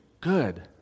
good